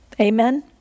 Amen